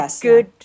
good